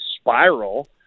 spiral